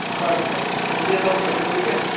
बस बस इ'यै सब करेओ ठीक ऐ